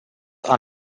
are